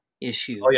issue